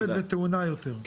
מורכבת וטעונה יותר.